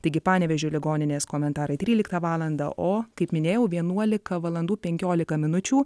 taigi panevėžio ligoninės komentarai tryliktą valandą o kaip minėjau vienuolika valandų penkiolika minučių